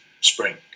spring